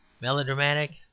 melodramatic